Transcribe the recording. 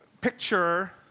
Picture